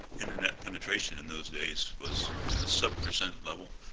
internet penetration in those days was in a sub-percent level